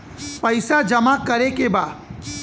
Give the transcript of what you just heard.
पैसा जमा करे के बा?